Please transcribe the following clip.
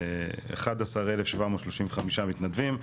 11,735 מתנדבים.